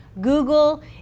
Google